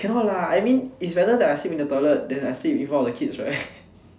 cannot lah I mean is rather I sleep in the toilet than I sleep in front of the kids right